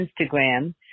Instagram